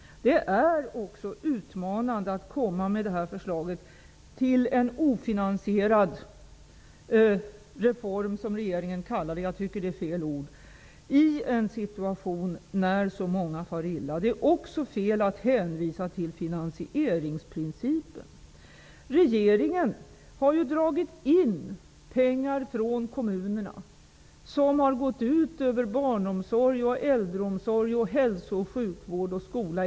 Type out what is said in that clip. Det är utmanande att komma med det här förslaget till en ofinansierad reform, som regeringen kallar det -- jag tycker att det är fel ord --, i en situation när så många far illa. Det är också fel att hänvisa till finansieringsprincipen. Regeringen har ju dragit in pengar från kommunerna. Det har gått ut över barnomsorg, äldreomsorg, hälso och sjukvård och skola.